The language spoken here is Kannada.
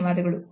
ಧನ್ಯವಾದಗಳು